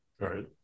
Right